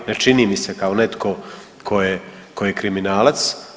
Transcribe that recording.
Ne čini mi se kao netko tko je kriminalac.